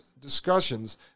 discussions